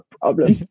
problem